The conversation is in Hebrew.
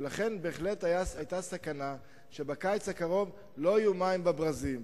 ולכן בהחלט היתה סכנה שבקיץ הקרוב לא יהיו מים בברזים.